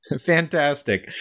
Fantastic